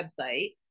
website